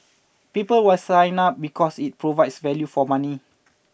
people will sign up because it provides value for money